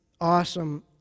awesome